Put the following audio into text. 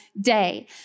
day